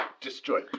destroy